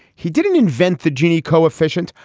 he didn't invent the gini coefficient,